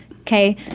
okay